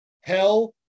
hell